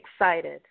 excited